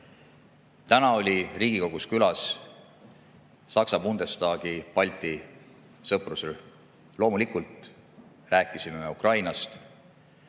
Täna oli Riigikogus külas Saksa Bundestagi Balti sõprusrühm. Loomulikult rääkisime Ukrainast.